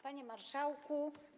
Panie Marszałku!